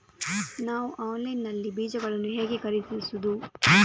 ನಾವು ಆನ್ಲೈನ್ ನಲ್ಲಿ ಬೀಜಗಳನ್ನು ಹೇಗೆ ಖರೀದಿಸುವುದು?